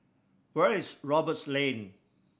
where is Roberts Lane